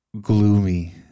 gloomy